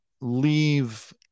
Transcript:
leave